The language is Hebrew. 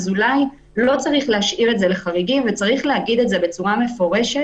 אולי לא צריך להשאיר את זה לחריגים וצריך להגיד את זה בצורה מפורשת,